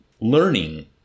learning